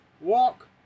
walk